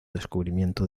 descubrimiento